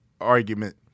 argument